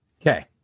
Okay